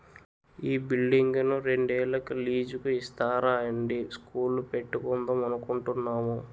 ఈ బిల్డింగును రెండేళ్ళకి లీజుకు ఇస్తారా అండీ స్కూలు పెట్టుకుందాం అనుకుంటున్నాము